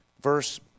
verse